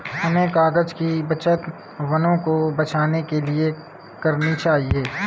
हमें कागज़ की बचत वनों को बचाने के लिए करनी चाहिए